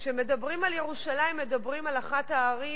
כשמדברים על ירושלים מדברים על אחת הערים